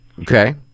Okay